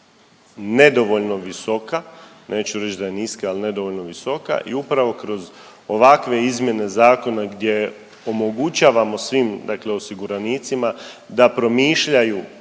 nedovoljno visoka, neću reći da je niska, ali nedovoljno visoka i upravo kroz ovakve izmjene zakona gdje omogućavamo svim, dakle osiguranicima da promišljaju